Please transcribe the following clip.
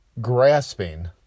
grasping